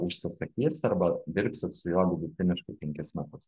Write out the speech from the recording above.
užsisakys arba dirbsit su juo vidutiniškai penkis metus